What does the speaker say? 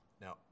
Now